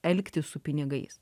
elgtis su pinigais